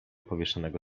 powieszonego